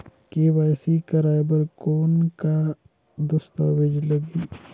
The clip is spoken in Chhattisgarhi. के.वाई.सी कराय बर कौन का दस्तावेज लगही?